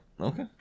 okay